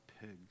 pigs